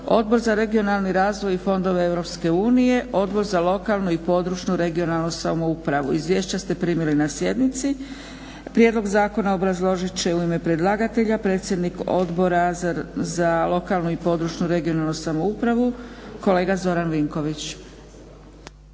Odbor za regionalni razvoj i fondove Europske unije, Odbor za lokalnu i područnu regionalnu samoupravu. Izvješća ste primili na sjednici. Prijedlog zakona obrazložit će u ime predlagatelja predsjednik Odbora za lokalnu i područnu regionalnu samoupravu kolega Zoran Vinković.